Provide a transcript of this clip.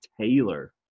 Taylor